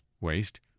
waste